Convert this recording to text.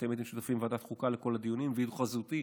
ואתם הייתם שותפים בוועדת חוקה לכל הדיונים: היוועדות חזותית,